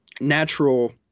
natural